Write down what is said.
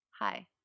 Hi